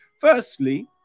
firstly